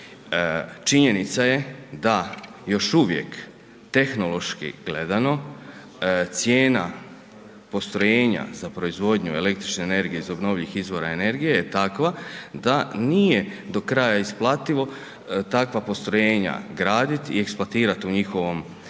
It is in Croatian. Činjenica je da još uvijek tehnološki gledano cijena postrojenja za proizvodnju električne energije iz obnovljivih izvora energije je takva da nije do kraja isplativo, takva postrojenja graditi i eksploatirati u njihovom životnom